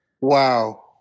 Wow